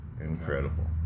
Incredible